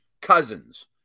Cousins